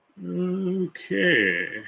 Okay